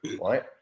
right